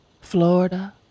Florida